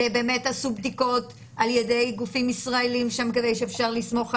שבאמת עשו בדיקות על ידי גופים ישראליים שם כדי שאפשר יהיה לסמוך עליהם.